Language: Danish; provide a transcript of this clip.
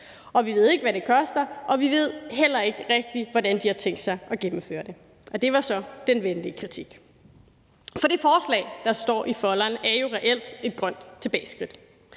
og vi ved ikke, hvad det koster, og vi ved heller ikke rigtigt, hvordan de har tænkt sig at gennemføre det. Det var så den venlige kritik. For det forslag, der står i folderen, er jo reelt et grønt tilbageskridt.